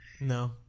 No